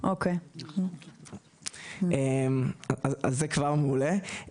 אז זה כבר מעולה.